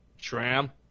tram